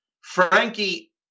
Frankie